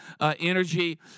energy